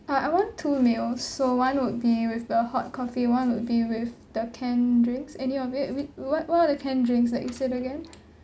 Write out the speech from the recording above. ah I want two meals so one would be with the hot coffee one would be with the canned drinks any of it which what what are the canned drinks that you said again